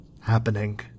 happening